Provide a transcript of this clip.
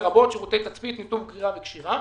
לרבות שירותי תצפית, ניתוב, גרירה וקשירה.